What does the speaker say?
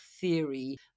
theory